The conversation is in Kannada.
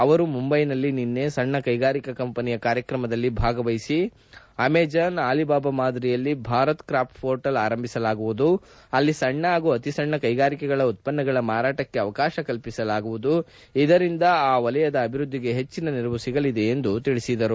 ಅವರು ಮುಂಬೈನಲ್ಲಿ ನಿನ್ನೆ ಸಣ್ಣ ಕೈಗಾರಿಕಾ ಕಂಪನಿಯ ಕಾರ್ಯಕ್ರಮದಲ್ಲಿ ಭಾಗವಹಿಸಿ ಅಮೆಜಾನ್ ಆಲಿಬಾಬಾ ಮಾದರಿಯಲ್ಲಿ ಭಾರತ್ ಕ್ರಾಫ್ ಪೋರ್ಟಲ್ ಆರಂಭಿಸಲಾಗುವುದು ಅಲ್ಲಿ ಸಣ್ಣ ಹಾಗೂ ಅತಿ ಸಣ್ಣ ಕೈಗಾರಿಕೆಗಳ ಉತ್ಪನ್ನಗಳ ಮಾರಾಟಕ್ಕೆ ಅವಕಾಶ ಕಲ್ಪಿಸಲಾಗುವುದು ಇದರಿಂದ ಆ ವಲಯದ ಅಭಿವೃದ್ದಿಗೆ ಹೆಚ್ಚಿನ ನೆರವು ಸಿಗಲಿದೆ ಎಂದು ಹೇಳಿದರು